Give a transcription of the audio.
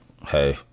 Hey